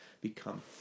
become